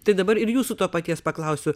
tai dabar ir jūsų to paties paklausiu